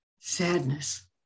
sadness